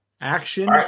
Action